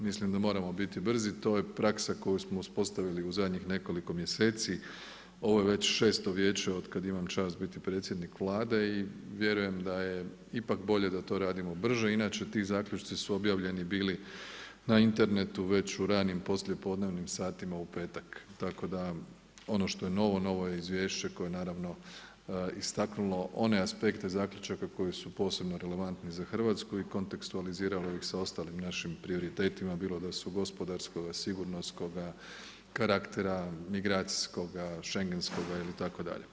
Mislim da moramo biti brzi, to je praksa koju smo uspostavili u zadnjih nekoliko mjeseci, ovo je već šesto Vijeće od kad imam čast biti predsjednik Vlade i vjerujem da je ipak bolje da to radimo brže, inače ti zaključci su objavljeni bili na internetu već u ranim poslijepodnevnim satima u petak, tako da, ono što je novo, novo je izvješće koje je naravno istaknulo, one aspekte zaključaka koji su posebno relevantni za Hrvatsku i kontekstualiziralo ih se ostalim našim prioritetima bilo da su gospodarskoga, sigurnosnoga karaktera, migracijskoga, schengenskoga itd.